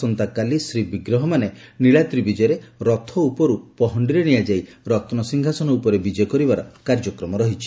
ଆସନ୍ତାକାଲି ଶ୍ରୀବିଗ୍ରହମାନେ ନୀଳାଦ୍ରି ବିଜେରେ ରଥ ଉପରୁ ପହ ରନ୍ସିଂହାସନ ଉପରେ ବିଜେ କରିବାର କାର୍ଯ୍ୟକ୍ମ ରହିଛି